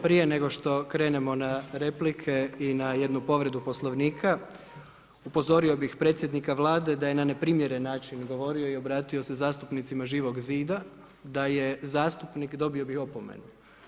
Prije nego što krenemo na replike i na jednu povredu poslovnika, upozorio bi predsjednika vlade da je na neprimjeren način govorio i obratio se zastupnicima Živog zida, da je zastupnik, dobio bi opomenu.